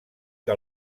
que